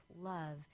love